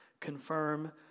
confirm